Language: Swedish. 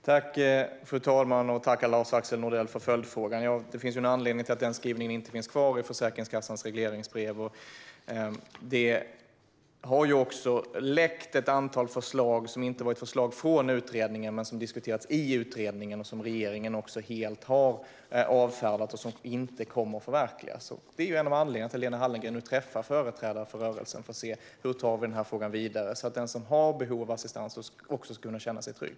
Fru talman! Jag tackar Lars-Axel Nordell för följdfrågan. Det finns en anledning till att den skrivningen inte finns kvar i Försäkringskassans regleringsbrev. Det har också läckt ett antal förslag som inte har varit förslag från utredningen men som har diskuterats i utredningen. Det är förslag som regeringen helt har avfärdat och som inte kommer att förverkligas. Det är en av anledningarna till att Lena Hallengren nu träffar företrädare för rörelsen för att se hur vi ska ta denna fråga vidare, så att den som har behov av assistans också ska kunna känna sig trygg.